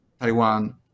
Taiwan